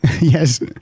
Yes